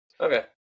Okay